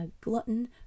glutton